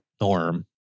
norm